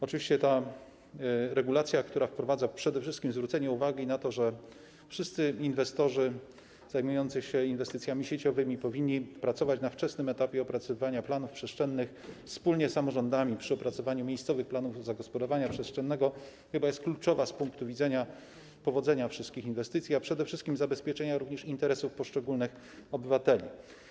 Oczywiście ta regulacja, która przede wszystkim zwraca uwagę na to, że wszyscy inwestorzy zajmujący się inwestycjami sieciowymi powinni pracować na wczesnym etapie opracowywania planów przestrzennych wspólnie z samorządami przy opracowywaniu miejscowych planów zagospodarowania przestrzennego, jest kluczowa z punktu widzenia powodzenia wszystkich inwestycji, a przede wszystkim również zabezpieczenia interesów poszczególnych obywateli.